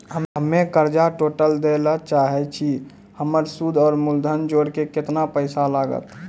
हम्मे कर्जा टोटल दे ला चाहे छी हमर सुद और मूलधन जोर के केतना पैसा लागत?